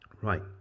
Right